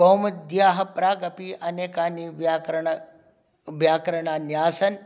कौमुद्याः प्रागपि अनेकानि व्याकरण व्याकरणान्यासन्